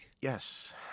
Yes